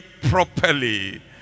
properly